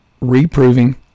Reproving